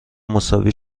مساوی